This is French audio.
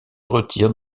retire